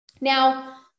Now